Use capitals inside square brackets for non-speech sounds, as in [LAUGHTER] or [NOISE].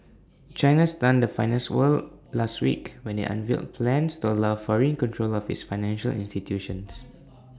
China stunned the finance world last week when IT unveiled plans to allow foreign control of its financial institutions [NOISE]